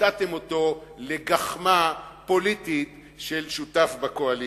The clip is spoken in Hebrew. ונתתם אותו לגחמה פוליטית של שותף בקואליציה.